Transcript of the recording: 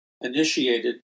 initiated